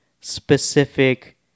specific